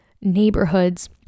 neighborhoods